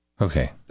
Okay